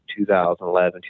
2011